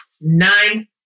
Nine